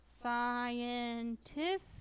scientific